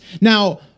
Now